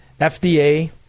FDA